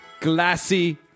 glassy